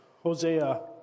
Hosea